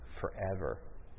forever